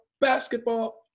basketball